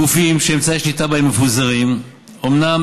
גופים שאמצעי השליטה בהם מפוזרים אומנם